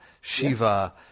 Shiva